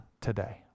today